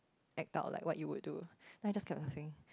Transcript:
act out like what you would do then I just kept laughing